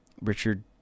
richard